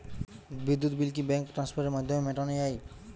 বিদ্যুৎ বিল কি ব্যাঙ্ক ট্রান্সফারের মাধ্যমে মেটানো য়ায়?